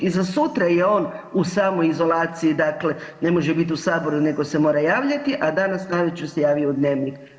I za sutra je on u samoizolaciji, dakle ne može biti u saboru nego se mora javljati, a danas navečer se javio u dnevnik.